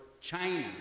China